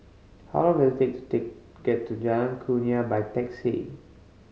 how long does takes take get to Jalan Kurnia by taxi